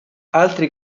altri